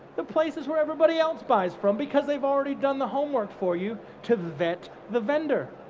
the places where everybody else buys from because they've already done the homework for you to vet the vendor.